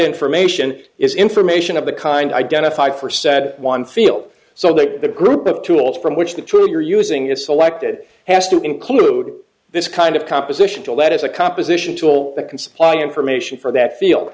information is information of the kind identified for said one field so that the group of tools from which the two you're using is selected has to include this kind of composition tool that is a composition tool that can supply information for that field